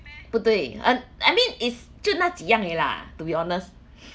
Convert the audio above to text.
不对 um I mean is 就那几样而已 lah to be honest